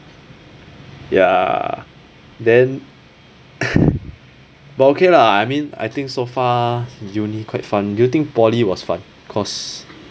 ya then but okay lah I mean I think so far uni quite fun do you think poly was fun cause